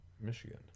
Michigan